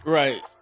right